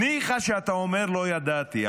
ניחא שאתה אומר לא ידעתי,